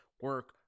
Work